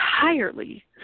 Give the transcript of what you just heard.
entirely